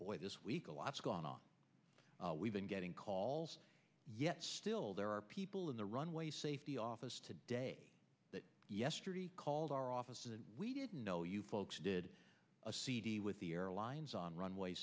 boy this week a lot's gone on we've been getting calls yet still there are people in the runway safety office today that yesterday called our offices and we didn't know you folks did a cd with the airlines on runway